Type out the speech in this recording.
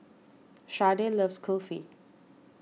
Sharday loves Kulfi